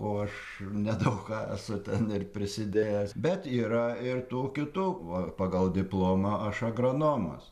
o aš nedaug ką esu ten ir prisidėjęs bet yra ir tų kitų va pagal diplomą aš agronomas